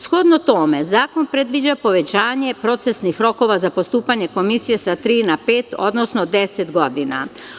Shodno tome, zakon predviđa povećanje procesnih rokova za postupanje Komisije sa tri na pet, odnosno 10 godina.